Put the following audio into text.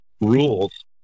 rules